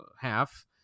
half